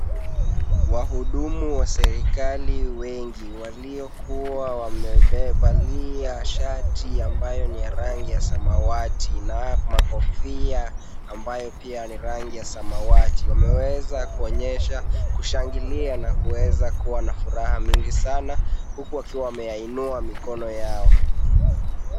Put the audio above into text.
Wahudumu wa serikali wengi waliokuwa wamebebania shati ambayo ni ya rangi ya samawati na makofia ambayo pia ni rangi ya samawati wameweza kuonyesha, kushangilia na kuweza kuwa na furaha mingi sana huku wakiwa wameyainua mikono yao.